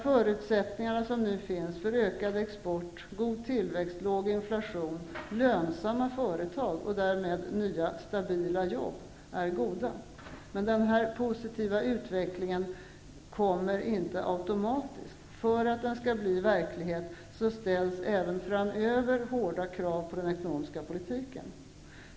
Förutsättningarna för ökad export, god tillväxt, låg inflation, lönsamma företag och därmed nya stabila jobb är goda. Men denna positiva utveckling kommer inte automatiskt. För att den skall bli verklighet ställs även framöver hårda krav på den ekonomiska politiken.